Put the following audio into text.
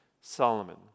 Solomon